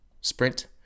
sprint